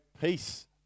peace